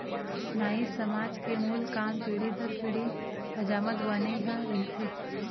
नाई समाज के मूल काम पीढ़ी दर पीढ़ी हजामत बनई ह रहिथे